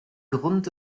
grund